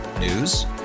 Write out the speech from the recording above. News